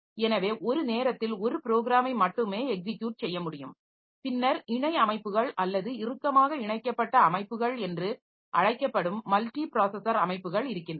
எனவே ஒரு நேரத்தில் ஒரு ப்ரோக்ராமை மட்டுமே எக்ஸிக்யுட் செய்ய முடியும் பின்னர் இணை அமைப்புகள் அல்லது இறுக்கமாக இணைக்கப்பட்ட அமைப்புகள் என்று அழைக்கப்படும் மல்டி ப்ராஸஸர் அமைப்புகள் இருக்கின்றன